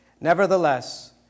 Nevertheless